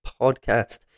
podcast